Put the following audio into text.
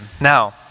Now